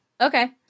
Okay